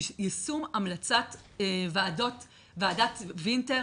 יישום המלצת ועדת וינטר.